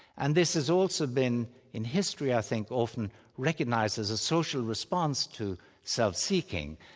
and this has also been in history i think often recognised as a social response to self-seeking.